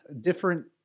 different